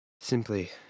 simply